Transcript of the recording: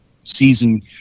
season